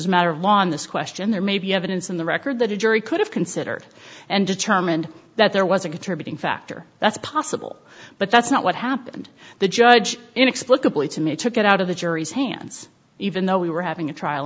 as matter of law on this question there may be evidence in the record that a jury could have considered and determined that there was a contributing factor that's possible but that's not what happened the judge inexplicably to me took it out of the jury's hands even though we were having a trial